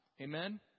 Amen